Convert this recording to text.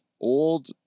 old